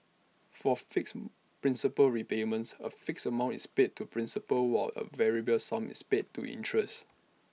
for fixed principal repayments A fixed amount is paid to principal while A variable sum is paid to interest